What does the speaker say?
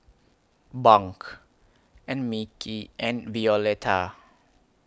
Bunk and Mickey and Violeta